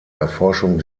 erforschung